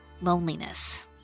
loneliness